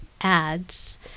ads